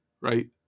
right